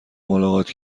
ملاقات